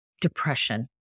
depression